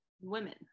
women